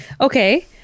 Okay